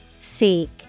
Seek